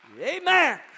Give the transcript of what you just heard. Amen